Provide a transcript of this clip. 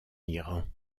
iran